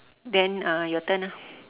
then uh your turn ah